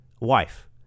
wife